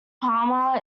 palmer